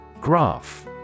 Graph